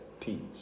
peace